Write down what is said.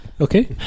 Okay